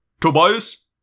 Tobias